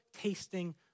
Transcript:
tasting